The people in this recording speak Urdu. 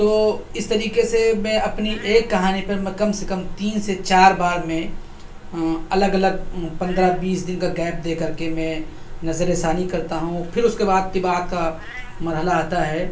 تو اِس طریقے سے میں اپنی ایک کہانی پر میں کم سے کم تین سے چار بار میں الگ الگ پندرہ بیس دن کا گیپ دے کر کے میں نظرِثانی کرتا ہوں پھر اُس کے بعد طباعت کا مرحلہ آتا ہے